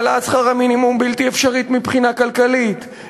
העלאת שכר המינימום בלתי אפשרית מבחינה כלכלית,